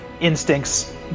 instincts